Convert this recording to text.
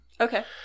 Okay